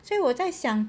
所以我在想